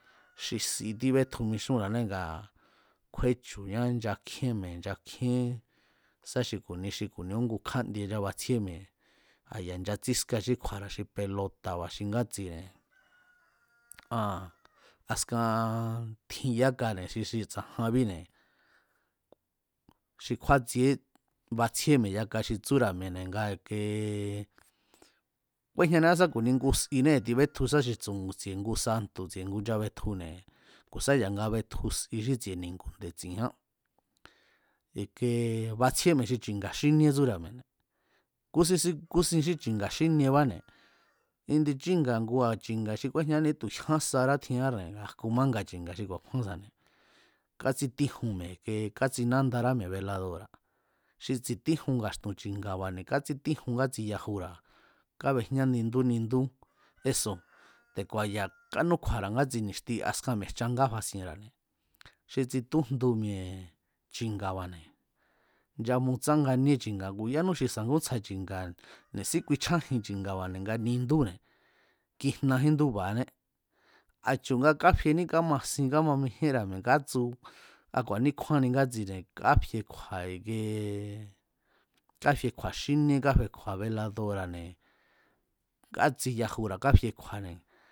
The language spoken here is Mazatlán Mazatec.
xi si tíbetju mixúnra̱anee̱ ngaa̱ kjúéchu̱ña nchakjíén mi̱e̱ nchakjíén sá xi ku̱ni xi ku̱ni úngu kjándie nchabatsjíe mi̱e̱ a̱ ya̱ nchatsíska xí kju̱a̱ra̱ xi pelota̱ba̱ xi ngátsine̱ aa̱n askan tjin yákane̱ xi xi tsa̱janbíne̱ xi kjúátsieé bátsjíé mi̱e̱ yaka xi tsúra̱ mi̱e̱ne̱ nga i̱ke kúéjñania sá ku̱ni ngu sinée̱ tibetju sá tsi̱e̱ ngu santu̱ nchabetjune̱ ku̱ sa ya̱nga betju si xí tsi̱e̱ ni̱ngu̱ nde̱tsi̱nján ike batsjíé mi̱e̱ xi chi̱nga̱ xíníe tsúra̱ mi̱e̱ne̱ kúsín sík, kúsin xí chi̱nga̱ xíniebáne̱ ndi chínga̱ ngua̱ chi̱nga̱ xi kúejñaán ni̱ítu̱ jyán sará tjin-árne̱ nga a̱ jku mánga chi̱nga̱ xi ku̱a̱kjúán sabáne̱ kátsítíjun mi̱e̱ ike kátsinandará mi̱e̱ beladora̱ xi tsi̱tíjun nga̱stu̱n chi̱nga̱ba̱ne̱. kátsítíjun ngátsi yajura̱ kábejñá nindú nindú eso̱ te̱ku̱a̱ ya̱ kánúkju̱a̱ra̱ ngátsi ni̱xti askan mi̱e̱ jchangá fasienra̱ne̱, xi tsitújndu mi̱e̱ chi̱nga̱ba̱ne̱, nchamutsánganíé chi̱nga̱, ngu yánú xi sa̱ngúntsja chi̱nga̱ ni̱sí kuichjájin chi̱nga̱ba̱ne̱ nga nindúne̱ kijnajín ndúba̱ané a̱chu̱ nga káfiení kámasin kámamijíénra̱ mi̱e̱ nga katsu a ku̱a̱níkjúánni ngátsjine̱ káfie kju̱a̱ iki káfiekju̱a̱ xíníe káfie kju̱a̱ beladora̱ne̱ ngátsi yajura̱ káfiekju̱a̱ne̱